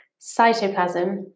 cytoplasm